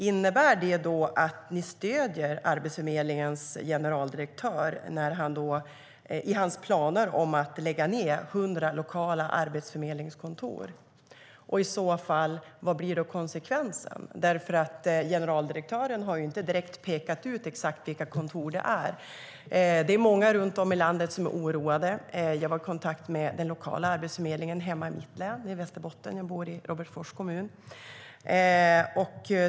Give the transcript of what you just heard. Innebär det att ni stöder Arbetsförmedlingens generaldirektör, i hans planer på att lägga ned 100 lokala arbetsförmedlingskontor? Vad blir i så fall konsekvensen? Generaldirektören har ju inte direkt pekat ut exakt vilka kontor det är. Det är många runt om i landet som är oroade. Jag har varit i kontakt med den lokala arbetsförmedlingen i mitt län Västerbotten - jag bor i Robertsfors kommun.